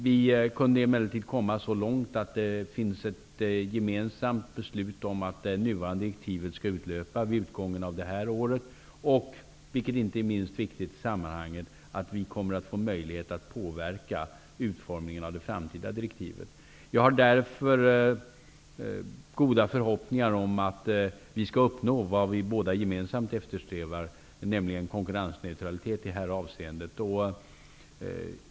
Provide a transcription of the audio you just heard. Vi kunde emellertid komma så långt att det finns ett gemensamt beslut om att nuvarande direktiv skall utlöpa vid utgången av det här året och, vilket inte är minst viktigt i sammanhanget, att vi kommer att få möjlighet att påverka utformningen av det framtida direktivet. Jag har därför goda förhoppningar om att vi skall uppnå vad vi båda gemensamt eftersträvar, nämligen konkurrensneutralitet i det här avseendet.